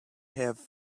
have